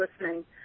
listening